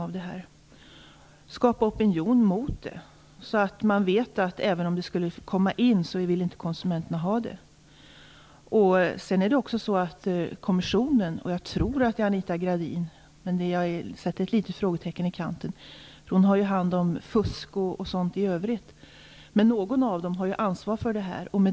Man kan skapa opinion mot hormonanvändning så att konsumenterna inte vill ha sådant kött även om det skulle komma in i landet. Jag tror att det är Anita Gradin som har ansvar för denna fråga, för hon har ju hand om frågorna om fusk i övrigt, men jag sätter ett litet frågetecken i kanten. Men någon i kommissionen har ju ansvar för denna fråga.